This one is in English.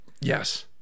Yes